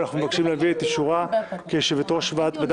אנחנו מבקשים להביא את אישורה כיושבת-ראש ועדת המדע